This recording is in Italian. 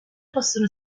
possono